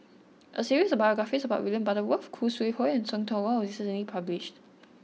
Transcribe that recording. a series of biographies about William Butterworth Khoo Sui Hoe and See Tiong Wah was recently published